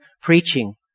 preaching